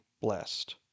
blessed